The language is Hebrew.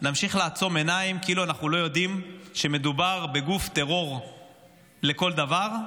נמשיך לעצום עיניים כאילו אנחנו לא יודעים שמדובר בגוף טרור לכל דבר,